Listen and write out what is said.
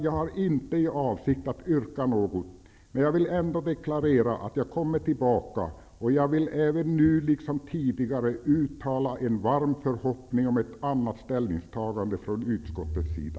Jag har inte för avsikt att yrka något, men jag vill ändock deklarera att jag kommer tillbaka. Jag vill även nu, liksom tidigare, uttala en varm förhoppning om ett annat ställningstagande från utskottets sida.